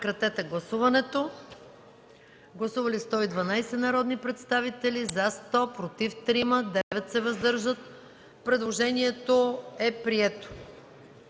Предложението е прието.